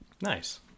nice